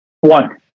One